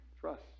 trust